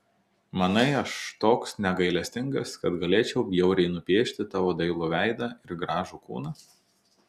manai aš toks negailestingas kad galėčiau bjauriai nupiešti tavo dailų veidą ir gražų kūną